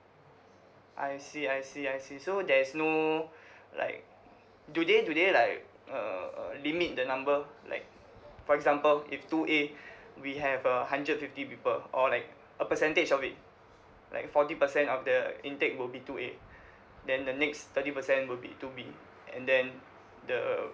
I see I see I see so there's no like do they do they like uh uh limit the number like for example if two A we have a hundred fifty people or like a percentage of it like forty percent of the intake will be two A then the next thirty percent will be two B and then the uh